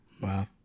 wow